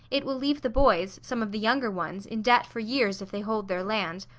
it will leave the boys, some of the younger ones, in debt for years, if they hold their land.